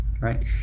Right